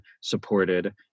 supported